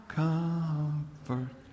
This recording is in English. comfort